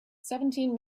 seventeen